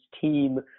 team